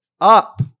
up